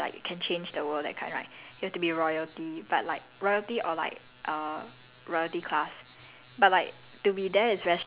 there's a lot of like bloodshed and then if you want to be anything good right like can change the world that kind right you have to be royalty but like royalty or like